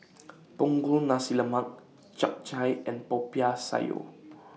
Punggol Nasi Lemak Chap Chai and Popiah Sayur